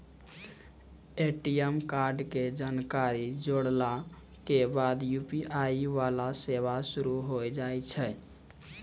ATM कार्डो के जानकारी जोड़ला के बाद यू.पी.आई वाला सेवा शुरू होय जाय छै